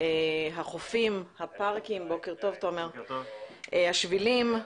החופים, הפארקים, השבילים.